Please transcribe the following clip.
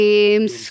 Games